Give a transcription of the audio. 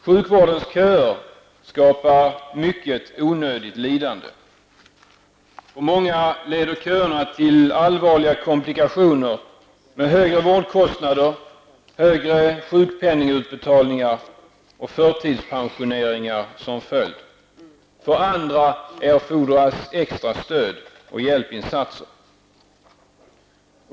Sjukvårdens köer skapar mycket onödigt lidande. För många leder köerna till allvarliga komplikationer med högre vårdkostnader, högre sjukpenningutbetalningar och förtidspensioneringar som följd. För andra erfordras extra stöd och hjälpinsatser.